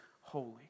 holy